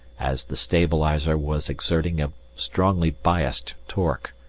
as the stabilizer was exerting a strongly biased torque.